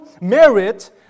merit